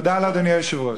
תודה לאדוני היושב-ראש.